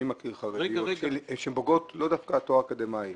אני מכיר חרדיות שהן בוגרות - לאו דווקא תואר אקדמאי